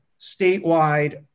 statewide